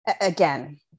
Again